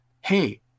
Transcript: Hey